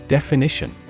Definition